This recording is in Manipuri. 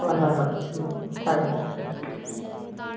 ꯍꯣꯏ ꯍꯣꯏ ꯍꯣꯏ ꯎꯝ ꯐꯔꯦ ꯐꯔꯦ ꯊꯝꯃꯦ